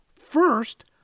first